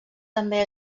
també